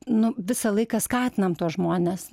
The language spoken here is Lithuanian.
nu visą laiką skatinam tuos žmones